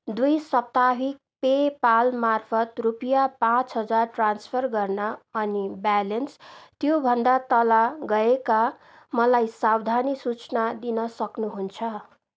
द्विसाप्ताहिक PayPal मार्फत् रुपियाँ पाँच हजार ट्रान्सफर गर्न अनि ब्यालेन्स त्योभन्दा तल गएका मलाई सावधानी सूचना दिन सक्नुहुन्छ